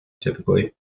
typically